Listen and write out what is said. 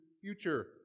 future